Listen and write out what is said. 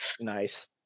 Nice